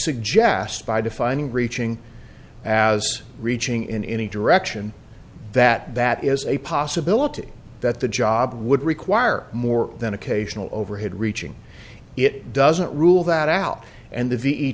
suggest by defining reaching as reaching in any direction that that is a possibility that the job would require more than occasional overhead reaching it doesn't rule that out and the v